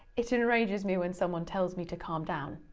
it enrages me when someone tells me to calm down.